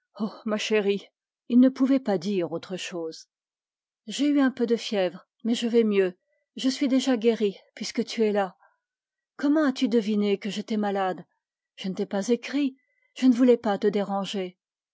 ma chérie il ne pouvait pas dire autre chose j'ai eu la fièvre mais je suis déjà guérie puisque tu es là comment as-tu deviné que j'étais malade je ne t'ai pas écrit je ne voulais pas te déranger